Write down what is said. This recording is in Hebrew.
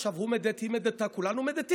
עכשיו הוא מדית, היא מדיתה, כולנו מדיתים.